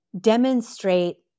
demonstrate